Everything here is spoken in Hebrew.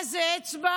מה זה אצבע?